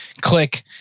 click